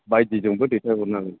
बायदिजोंबो दैथायहरनो हागोन